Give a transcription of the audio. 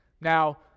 Now